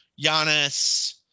Giannis